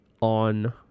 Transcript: on